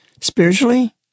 spiritually